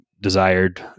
desired